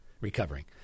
recovering